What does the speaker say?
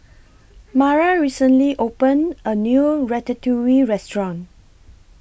Mara recently opened A New Ratatouille Restaurant